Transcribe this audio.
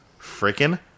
Freaking